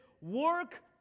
work